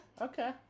Okay